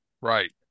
Right